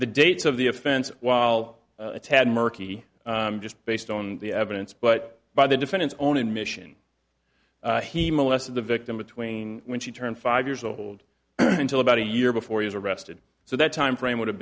the dates of the offense while a tad murky just based on the evidence but by the defendant's own admission he molested the victim between when she turned five years old until about a year before he's arrested so that timeframe would have